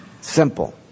Simple